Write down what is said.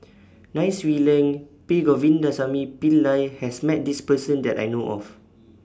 Nai Swee Leng P Govindasamy Pillai has Met This Person that I know of